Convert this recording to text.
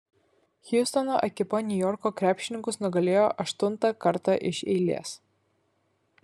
hjustono ekipa niujorko krepšininkus nugalėjo aštuntą kartą iš eilės